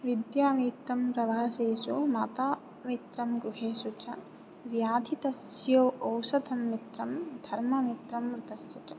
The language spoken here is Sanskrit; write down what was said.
विद्या मित्रं प्रवासेषु माता मित्रं गृहेषु च व्याधितस्यौषधं मित्रं धर्म मित्रं मृतस्य च